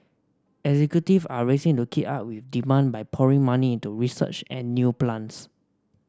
executive are racing to keep up with demand by pouring money into research and new plants